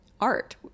Art